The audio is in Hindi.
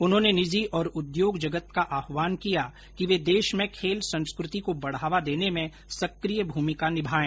उन्होंने निजी और उद्योग जगत का आह्वान किया कि वे देश में खेल संस्कृति को बढ़ावा देने में सक्रिय भूमिका निभाऐं